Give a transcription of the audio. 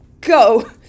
go